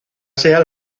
sea